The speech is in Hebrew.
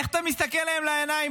איך אתה מסתכל להם לעיניים,